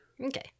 Okay